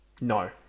No